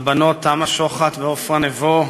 הבנות תמה שוחט ועפרה נבו,